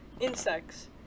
Insects